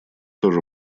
тоже